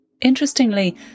Interestingly